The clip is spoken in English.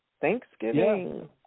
Thanksgiving